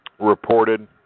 reported